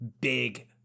big